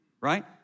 Right